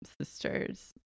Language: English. sisters